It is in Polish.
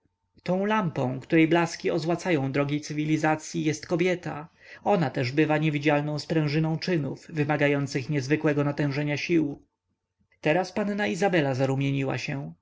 tą lampą której blaski ozłacają drogę cywilizacyi jest kobieta ona też bywa niewidzialną sprężyną czynów wymagających niezwykłego natężenia sił teraz panna izabela zarumieniła się